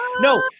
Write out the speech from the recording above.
no